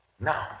Now